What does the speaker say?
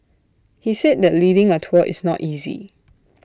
he said that leading A tour is not easy